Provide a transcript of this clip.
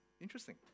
interesting